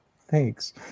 thanks